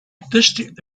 district